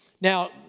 Now